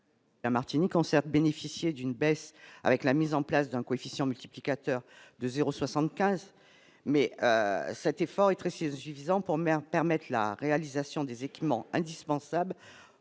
La Martinique ont certes bénéficié d'une baisse avec la mise en place d'un coefficient multiplicateur de 0 75, mais cet effort rétrécissent visant pour mer permettent la réalisation des équipements indispensables